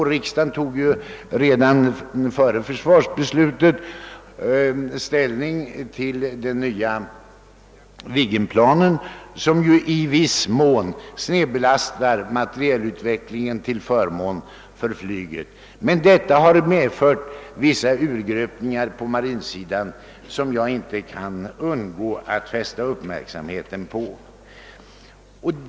Jag vill endast erinra om att riksdagen redan före försvarsbeslutet tog ställning till anskaffningen av flygplan 37 Viggen, vilket i viss mån snedbelastar materielutvecklingen till förmån för flyget. Detta har medfört vissa urgröpningar på marinsidan, som jag inte kan underlåta att fästa uppmärksamheten på.